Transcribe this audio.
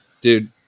Dude